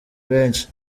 benshi